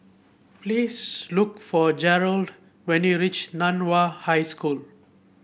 please look for Gerald when you reach Nan Hua High School